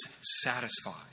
satisfied